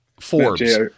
Forbes